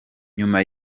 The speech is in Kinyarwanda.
nyuma